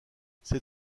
ces